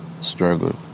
struggled